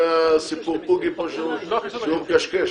זה סיפורי פוגי פה שהוא מקשקש,